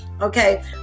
Okay